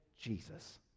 Jesus